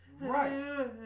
Right